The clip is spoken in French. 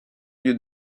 lieux